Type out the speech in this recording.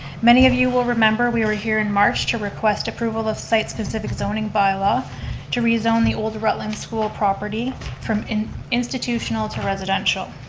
many of you will remember we were here in march to request approval of site-specific zoning bylaw to rezone the older rutland school property from an institutional to residential.